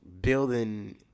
building